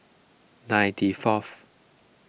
ninety fourth